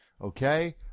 Okay